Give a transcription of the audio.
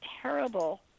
terrible